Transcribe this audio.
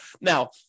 Now